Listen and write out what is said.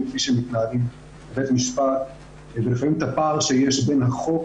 שמתנהלים בבית המשפט ולפעמים את הפער שיש בין החוק